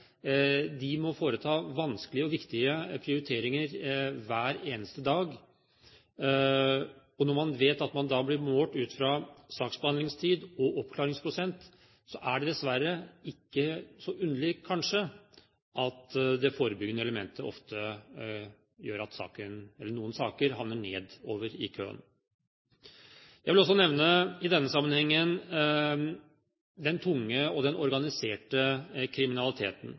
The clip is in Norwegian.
De må foreta vanskelige og viktige prioriteringer hver eneste dag. Når man vet at man da blir målt ut fra saksbehandlingstid og oppklaringsprosent, er det dessverre ikke så underlig kanskje at det forebyggende elementet ofte gjør at noen saker havner nedover i køen. Jeg vil også nevne i denne sammenhengen den tunge og den organiserte kriminaliteten.